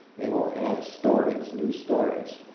they will add stories, new stories.